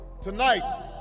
tonight